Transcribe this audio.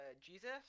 Jesus